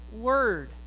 word